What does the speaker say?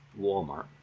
Walmart